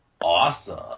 Awesome